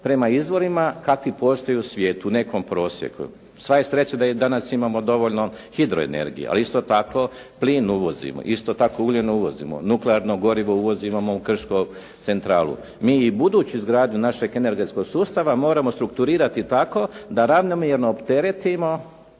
prema izvorima kakvi postoje u svijetu, nekom prosjeku. Sva je sreća da danas imamo dovoljno hidroenergije, ali isto tako plin uvozimo, isto tako ugljen uvozimo, nuklearno gorivo uvozimo, imamo u Krškom centralu. Mi i buduću izgradnju našeg energetskog sustava moramo strukturirati tako da ravnomjerno opteretimo